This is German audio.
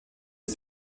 des